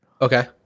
okay